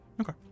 Okay